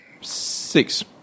six